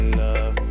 love